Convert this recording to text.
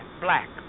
black